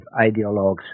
ideologues